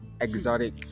Exotic